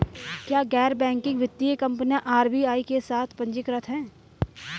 क्या गैर बैंकिंग वित्तीय कंपनियां आर.बी.आई के साथ पंजीकृत हैं?